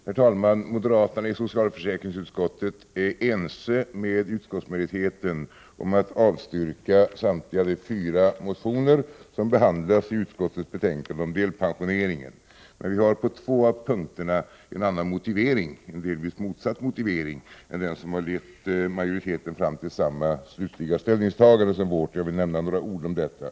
Herr talman! Moderaterna i socialförsäkringsutskottet är ense med utskottsmajoriteten om att avstyrka samtliga fyra motioner som behandlas i utskottets betänkande om delpensioneringen. På två punkter har vi emellertid en annan och delvis motsatt motivering till vårt slutliga ställningstagande än den som lett majoriteten fram till samma slutliga ställningstagande. Jag vill säga några ord om detta.